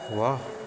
ਵਾਹ